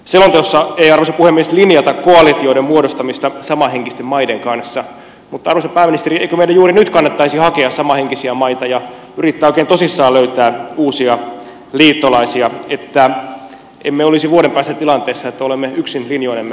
selonteossa ei arvoisa puhemies linjata koalitioiden muodostamista samanhenkisten maiden kanssa mutta arvoisa pääministeri eikö meidän juuri nyt kannattaisi hakea samanhenkisiä maita ja yrittää oikein tosissaan löytää uusia liittolaisia että emme olisi vuoden päästä tilanteessa että olemme yksin linjoinemme umpikujassa